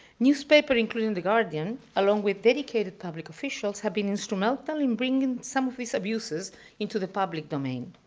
newspapers, including the guardian, along with dedicated public officials have been instrumental in bringing some of these abuses into the public domain.